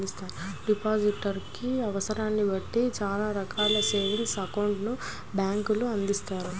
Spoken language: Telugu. డిపాజిటర్ కి అవసరాన్ని బట్టి చానా రకాల సేవింగ్స్ అకౌంట్లను బ్యేంకులు అందిత్తాయి